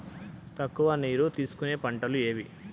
తక్కువ నీరు తీసుకునే పంటలు ఏవి?